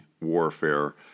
warfare